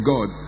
God